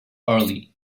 early